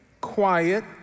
quiet